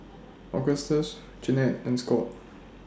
Augustus Jeanette and Scott